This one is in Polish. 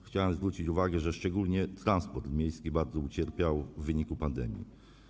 Chciałem tu zwrócić uwagę, że szczególnie transport miejski bardzo ucierpiał w wyniku pandemii.